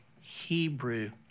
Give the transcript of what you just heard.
Hebrew